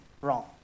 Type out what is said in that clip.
wrong